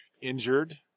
injured